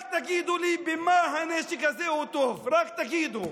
רק תגידו לי במה הנשק הזה הוא טוב, רק תגידו.